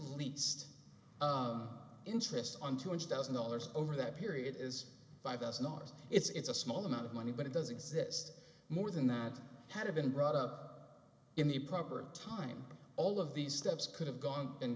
least interest on two hundred thousand dollars over that period is five thousand dollars it's a small amount of money but it does exist more than that had been brought up in the proper time all of these steps could have gone and